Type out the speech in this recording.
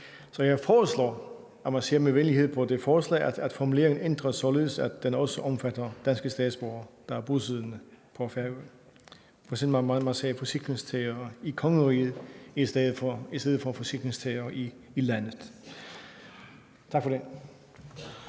det forslag, at formuleringen ændres, således at den også omfatter danske statsborgere, der er bosiddende på Færøerne. F.eks. kunne man sige forsikringstagere i kongeriget i stedet for forsikringstagere i landet.